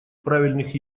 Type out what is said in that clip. правильных